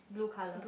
blue colour